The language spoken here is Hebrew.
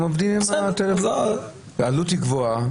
עובדים עם הטלפון הכשר והעלות גבוהה.